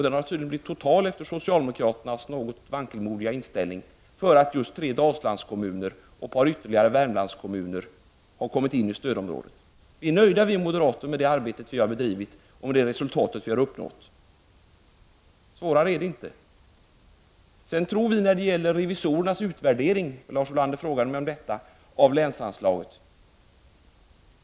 Den har tydligen blivit total efter socialdemokraternas något vankelmodiga inställning. Därmed kommer tre Dalslandskommuner och ett par ytterligare Värmlandskommuner in istödområdet. Vi moderater är nöjda med det arbete vi har bedrivit och med det resultat vi har uppnått. Svårare är det inte. Lars Ulander frågade mig om revisorernas utvärdering av länsanslaget.